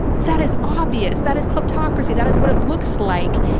that is obvious. that is kleptocracy. that is what it looks like.